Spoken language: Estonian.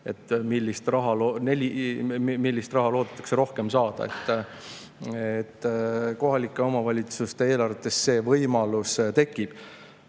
kui palju raha loodetakse rohkem saada. Kohalike omavalitsuste eelarvetes see võimalus tekib.